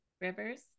rivers